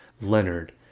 Leonard